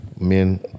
Men